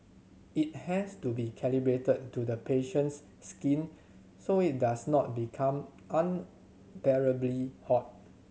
it has to be calibrated to the patient's skin so it does not become unbearably hot